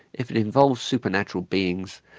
if it involves supernatural beings,